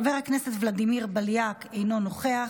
חבר הכנסת ולדימיר בליאק, אינו נוכח,